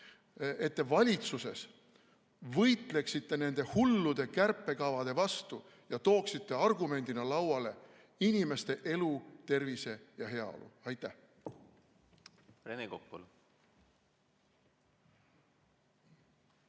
te valitsuses võitleksite nende hullude kärpekavade vastu ja tooksite argumendina lauale inimeste elu, tervise ja heaolu. Aitäh!